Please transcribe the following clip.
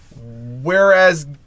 whereas